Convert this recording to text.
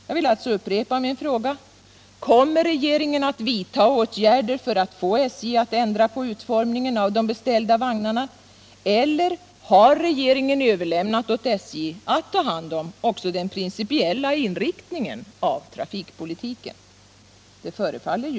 Jag vill alltså upprepa min fråga: Kommer regeringen att vidta åtgärder för att få SJ att ändra på utformningen av de beställda vagnarna, eller har regeringen överlämnat åt SJ att ta hand om också den principiella inriktningen av trafikpolitiken? Det förefaller så.